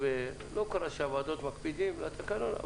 לא קורה שהוועדות מקפידות על התקנון.